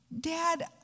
dad